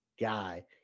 guy